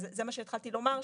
זה מה שהתחלתי לומר,